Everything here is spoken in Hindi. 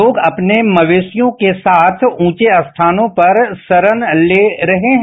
लोग अपने मवेशियों के साथ ऊंचे स्थानों पर शरण ले रहे हैं